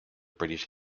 british